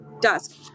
dusk